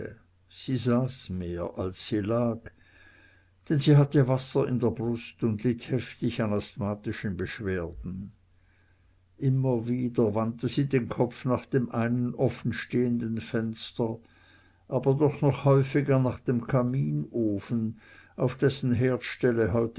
sie saß mehr als sie lag denn sie hatte wasser in der brust und litt heftig an asthmatischen beschwerden immer wieder wandte sie den kopf nach dem einen offenstehenden fenster aber doch noch häufiger nach dem kaminofen auf dessen herdstelle